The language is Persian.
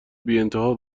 بیانتها